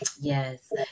Yes